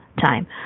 time